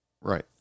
Right